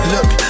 Look